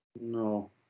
No